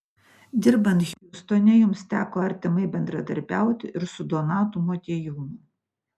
dirbant hjustone jums teko artimai bendrauti ir su donatu motiejūnu